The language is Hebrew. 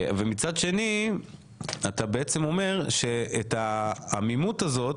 מצד שני אתה בעצם אומר שאת העמימות הזאת,